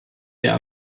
der